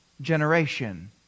generation